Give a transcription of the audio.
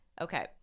okay